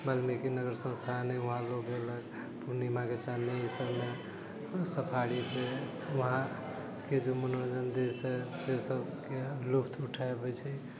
वालिमिकी नगर संस्थान है वहाँ लोक गेलक पूर्णिमाके सामने इसभमे सफारि पे वहाँके जे मनोरञ्जन देश है से सभके लुत्फ उठाबै छै